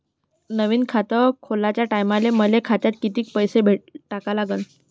नवीन खात खोलाच्या टायमाले मले खात्यात कितीक पैसे टाका लागन?